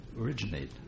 originate